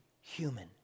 human